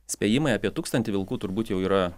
spėjimai apie tūkstantį vilkų turbūt jau yra